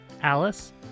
Alice